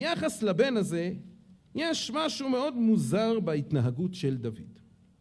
ביחס לבן הזה יש משהו מאוד מוזר בהתנהגות של דוד.